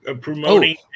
promoting